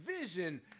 vision